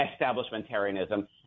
establishmentarianism